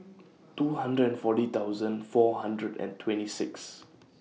two hundred and forty thousand four hundred and twenty six